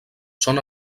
són